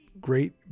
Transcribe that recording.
great